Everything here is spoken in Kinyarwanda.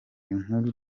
inkuru